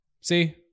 See